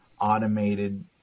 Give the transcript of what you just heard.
automated